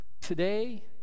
Today